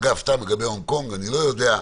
אגב, סתם לגבי הונג קונג, אני לא יודע,